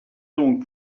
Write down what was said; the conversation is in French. donc